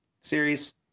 series